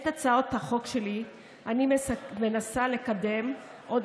את הצעות החוק שלי אני מנסה לקדם עוד